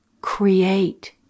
Create